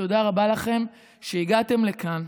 תודה רבה לכן שהגעתן לכאן.